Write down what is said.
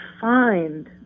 find